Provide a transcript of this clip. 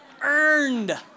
earned